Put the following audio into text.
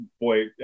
boy